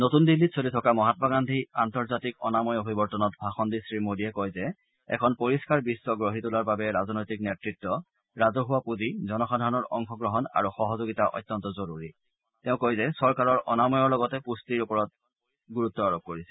নতুন দিল্লীত চলি থকা মহাম্মা গান্ধী আন্তৰ্জাতিক অনাময় অভিৱৰ্তনত ভাষণ দি শ্ৰীমোদীয়ে কয় যে এখন পৰিষ্ণাৰ বিশ্ব গঢ়ি তোলাৰ বাবে ৰাজনৈতিক নেতৃত্ব ৰাজহুৱা পূঁজি জনসাধাৰণৰ অংশগ্ৰহণ আৰু সহযোগিতা অত্যন্ত জৰুৰী তেওঁ কয় যে চৰকাৰে অনমায়ৰ লগতে পুষ্টিৰ ওপৰত গুৰুত্ব আৰোপ কৰিছে